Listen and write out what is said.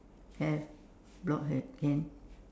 have blockhead can